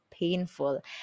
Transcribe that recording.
painful